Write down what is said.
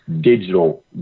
digital